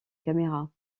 caméras